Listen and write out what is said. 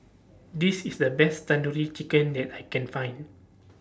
This IS The Best Tandoori Chicken that I Can Find